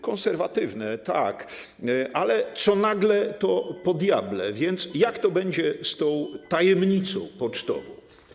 Konserwatywne - tak, ale co nagle, to po diable, więc jak to będzie z tą tajemnicą pocztową?